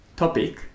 topic